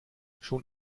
schon